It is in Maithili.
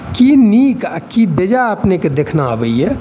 कि नीक आओर कि बेजाइ अपनेके देखना अबैए